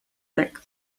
thick